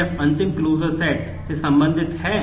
इस सेट है